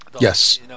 Yes